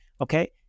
okay